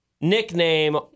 Nickname